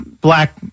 black